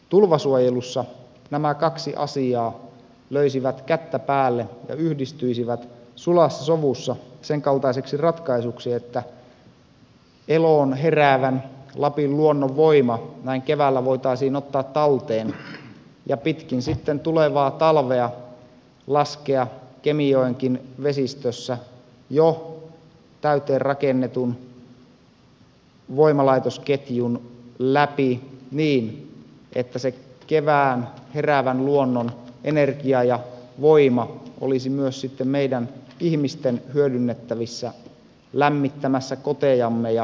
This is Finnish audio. tulvasuojelussa nämä kaksi asiaa löisivät kättä päälle ja yhdistyisivät sulassa sovussa sen kaltaiseksi ratkaisuksi että eloon heräävän lapin luonnon voima näin keväällä voitaisiin ottaa talteen ja sitten pitkin tulevaa talvea laskea kemijoenkin vesistössä jo täyteen rakennetun voimalaitosketjun läpi niin että se kevään heräävän luonnon energia ja voima olisi myös sitten meidän ihmisten hyödynnettävissä lämmittämässä kotejamme ja valaisemassa